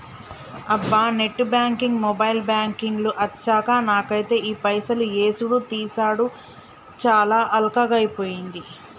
అబ్బా net banking mobile banking లు అచ్చాక నాకైతే ఈ పైసలు యేసుడు తీసాడు చాలా అల్కగైపోయింది